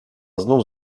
znów